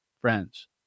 friends